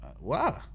Wow